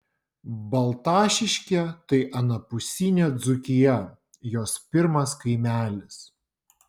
baltašiškė tai anapusinė dzūkija jos pirmas kaimelis